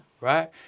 right